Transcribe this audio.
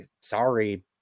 sorry